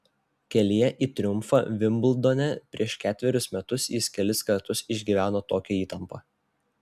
kelyje į triumfą vimbldone prieš ketverius metus jis kelis kartus išgyveno tokią įtampą